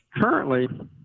currently